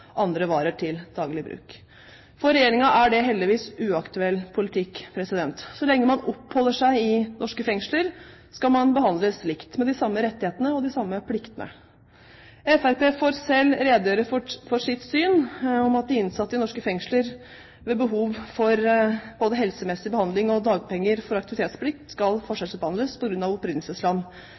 andre varer til daglig bruk. For regjeringen er det heldigvis uaktuell politikk. Så lenge man oppholder seg i norske fengsler, skal man behandles likt, med de samme rettighetene og de samme pliktene. Fremskrittspartiet får selv redegjøre for sitt syn på at de innsatte i norske fengsler ved behov for både helsemessig behandling og dagpenger for aktivitetsplikt skal forskjellsbehandles på grunn av opprinnelsesland.